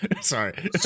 Sorry